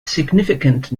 significant